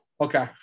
Okay